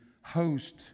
host